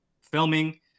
filming